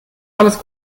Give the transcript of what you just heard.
alles